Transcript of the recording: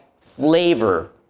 flavor